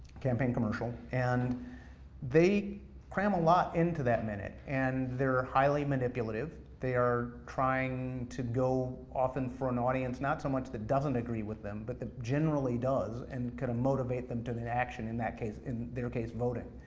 campaign commercial, and they cram a lot into that minute, and they're highly manipulative, they are trying to go, often, for an audience, not so much that doesn't agree with them, but that generally does, and kind of motivate them to the action in that case, in their case, voting.